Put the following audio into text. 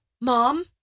Mom